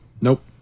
Nope